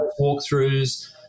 walkthroughs